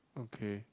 okay